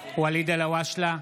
אלהואשלה,